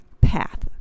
path